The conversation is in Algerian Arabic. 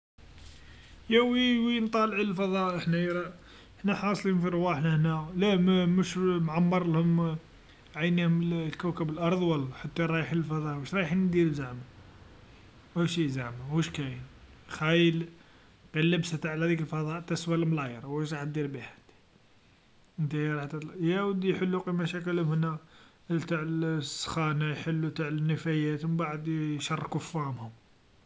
يا وين وين طالعين الفضاء حنايا، حنا حاصلين في رواحنا هنا، لا ما مش معمرلهم، عينهم لكوكب الأرض و الله، انت رايح للفضاء، واش رايح ندير زعما، واش زعما واش كاين، خايل غلبست تع هاذيك الفضاء تسوى لملاير واش راح دير بيها نتايا، نتايا راح تطلع، يا ودي حلو غ لمشاكلهم هنا، نتع لسخانه يحلو نتع النفايات و مبعد يشركو فامهم.